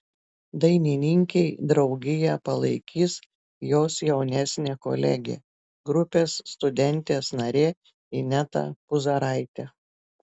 dainininkei draugiją palaikys jos jaunesnė kolegė grupės studentės narė ineta puzaraitė